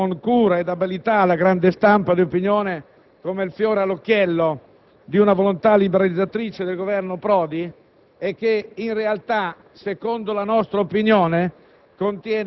provvedimento è stato indubbiamente presentato con cura e abilità alla grande stampa di opinione come il fiore all'occhiello di una volontà liberalizzatrice del Governo Prodi